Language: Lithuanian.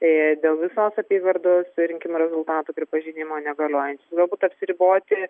ė dėl visos apygardos rinkimų rezultatų pripažinimo negaliojančiais galbūt apsiriboti